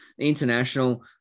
international